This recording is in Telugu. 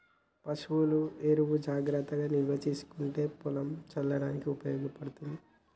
పశువుల ఎరువు జాగ్రత్తగా నిల్వ చేసుకుంటే పొలంల చల్లడానికి ఉపయోగపడ్తది